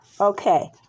Okay